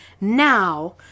now